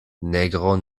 negro